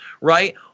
right